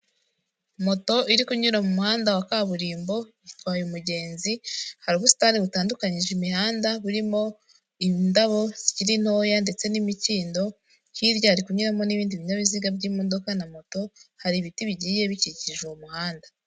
Moto iri kunyura mu muhanda wa kaburimbo, itwaye umugenzi hari ubusitani butandukanyije imihanda, burimo indabo zikiri ntoya ndetse n'imikindo, hirya hari kunyuramo n'ibindi binyabiziga by'imodoka na moto, hari ibiti bigiye bikikije uwo muhanda.